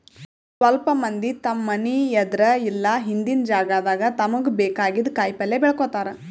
ಸ್ವಲ್ಪ್ ಮಂದಿ ತಮ್ಮ್ ಮನಿ ಎದ್ರ್ ಇಲ್ಲ ಹಿಂದಿನ್ ಜಾಗಾದಾಗ ತಮ್ಗ್ ಬೇಕಾಗಿದ್ದ್ ಕಾಯಿಪಲ್ಯ ಬೆಳ್ಕೋತಾರ್